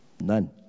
None